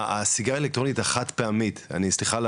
הסיגריה האלקטרונית החד-פעמית,